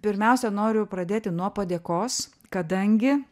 pirmiausia noriu pradėti nuo padėkos kadangi